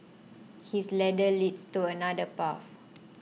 his ladder leads to another path